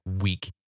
week